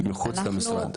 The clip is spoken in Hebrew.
מחוץ למשרד?